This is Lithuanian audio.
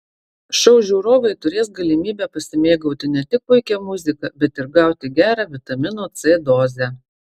šou žiūrovai turės galimybę pasimėgauti ne tik puikia muzika bet ir gauti gerą vitamino c dozę